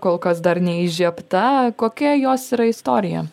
kol kas dar ne įžiebta kokia jos yra istorija